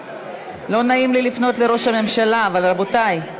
לא נעים לי לפנות לראש הממשלה, אבל, רבותי.